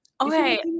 Okay